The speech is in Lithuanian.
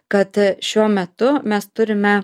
kad šiuo metu mes turime